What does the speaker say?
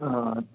हा